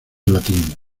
latín